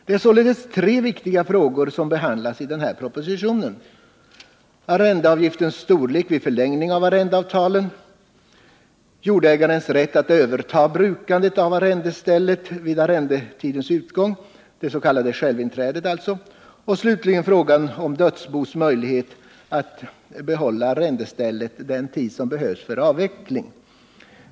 Det är således tre viktiga frågor som behandlas i den här propositionen: arrendeavgiftens storlek vid förlängning av arrendeavtalen, jordägarens rätt att överta brukandet av arrendestället vid arrendetidens utgång — det s.k. självinträdet — och slutligen frågan om dödsbos möjlighet att behålla arrendestället den tid som behövs för avveckling.